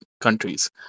countries